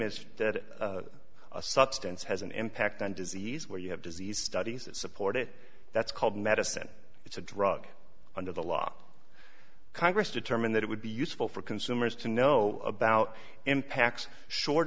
is that a substance has an impact on disease where you have disease studies that support it that's called medicine it's a drug under the law congress determined that it would be useful for consumers to know about impacts short